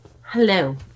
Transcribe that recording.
Hello